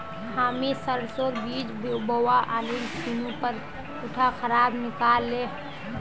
हामी सरसोर बीज बोवा आनिल छिनु पर उटा खराब निकल ले